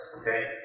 Okay